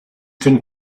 can